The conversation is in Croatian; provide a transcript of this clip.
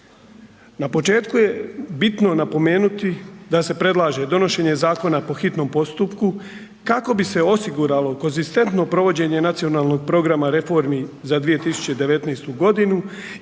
Na početku je bitno napomenuti da se predlaže donošenje zakona po hitnom postupku kako bi se osiguralo konzistentno provođenje Nacionalnog programa reformi za 2019. godinu